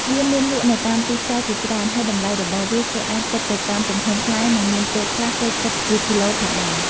វាមានលក់នៅតាមទីផ្សារជាច្រើន ហើយតម្លៃរបស់វាគេអាចគិតទៅតាមទំហំផ្លែ និងមានពេលខ្លះគេគិតជាគីឡូផងដែរ។